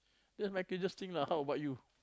that's my interesting lah how about you